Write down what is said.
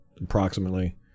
approximately